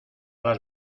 las